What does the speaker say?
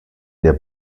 der